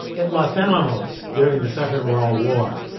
in los alamos during the second world war,